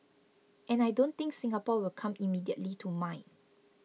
and I don't think Singapore will come immediately to mind